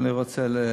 אני רק אומרת,